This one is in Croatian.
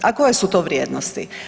A koje su to vrijednosti?